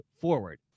forward